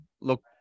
look